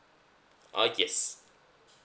uh yes